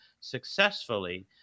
successfully